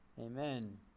Amen